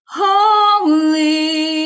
holy